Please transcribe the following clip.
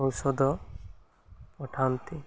ଔଷଧ ପଠାନ୍ତି